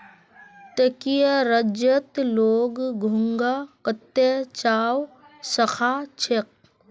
तटीय राज्यत लोग घोंघा कत्ते चाव स खा छेक